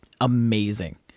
amazing